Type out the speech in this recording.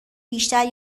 بیشتر